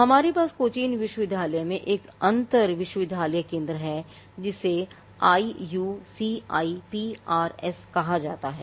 हमारे पास कोचिन विश्वविद्यालय में एक अंतर विश्वविद्यालय केंद्र है जिसे IUCIPRS कहा जाता है